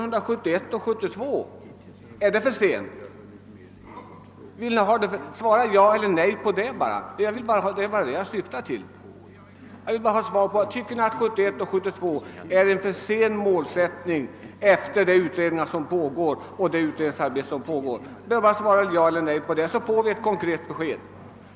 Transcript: Målsättningen är att det utredningsarbete som pågår skall vara färdigt 1971 eller 1972 — tycker ni det är för sent? Svara ja eller nej på den frågan, så får vi ett klart besked!